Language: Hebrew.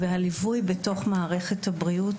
והליווי בתוך מערכת הבריאות,